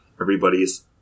Everybody's